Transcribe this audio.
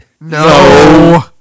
No